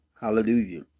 Hallelujah